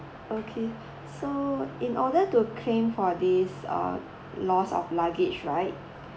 okay so in order to claim for this uh lost of luggage right